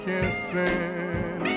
Kissing